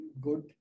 good